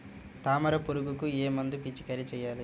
తామర పురుగుకు ఏ మందు పిచికారీ చేయాలి?